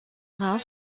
rares